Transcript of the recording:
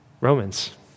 Romans